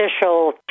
official